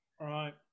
right